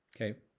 okay